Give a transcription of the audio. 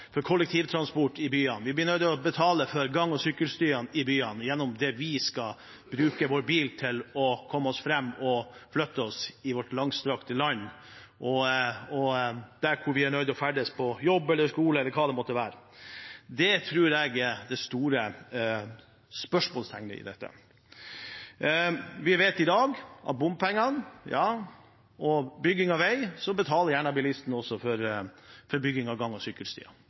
byene. Vi blir nødt til å betale for gang- og sykkelstiene i byene gjennom det at vi bruker bilen til å komme oss fram og flytte på oss i vårt langstrakte land – der vi er nødt til å ferdes, på jobb eller skole eller hva det måtte være. Det tror jeg er det store spørsmålet i dette. Når det gjelder bompenger, vet vi i dag at ved bygging av vei betaler gjerne bilistene også for bygging av gang- og